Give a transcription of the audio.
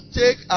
take